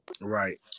Right